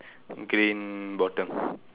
green bottom